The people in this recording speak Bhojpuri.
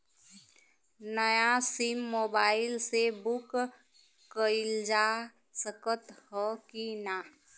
नया सिम मोबाइल से बुक कइलजा सकत ह कि ना?